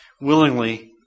willingly